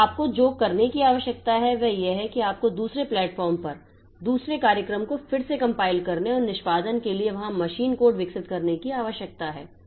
तो आपको जो करने की आवश्यकता है वह यह है कि आपको दूसरे प्लेटफॉर्म पर दूसरे कार्यक्रम को फिर से कम्पाइल करने और निष्पादन के लिए वहां मशीन कोड विकसित करने की आवश्यकता है